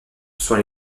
sont